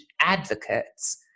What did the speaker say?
advocates